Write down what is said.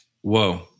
Whoa